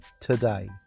today